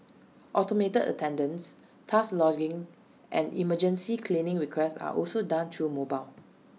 automated attendance task logging and emergency cleaning requests are also done through mobile